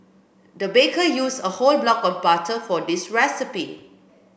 the baker used a whole block of butter for this recipe